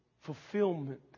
fulfillment